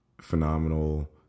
phenomenal